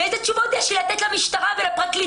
ואילו תשובות יש לי לתת למשטרה ולפרקליטות?